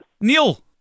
Neil